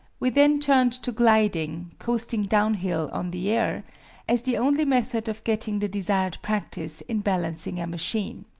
we then turned to gliding coasting downhill on the air as the only method of getting the desired practice in balancing a machine.